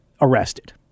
arrested